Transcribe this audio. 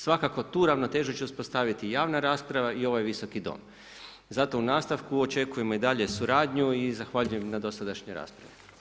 Svakako tu ravnotežu će uspostaviti javna rasprava i ovaj Visoki dom, zato u nastavku očekujemo i dalje suradnju i zahvaljujem na dosadašnjoj raspravi.